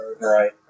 Right